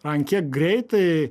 an kiek greitai